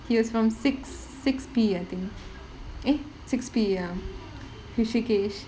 he was from from six six P I think eh six P ya hrishkask